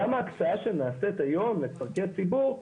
גם ההקצאה שנעשית היום לצרכי ציבור,